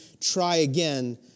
try-again